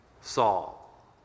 Saul